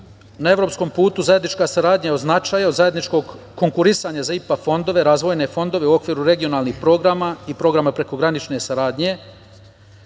na evropskom putu zajednička saradnja je od značaja, od zajedničkog konkurisanja za IPA fondove, razvojne fondove u okviru regionalnih programa i programa prekogranične saradnje.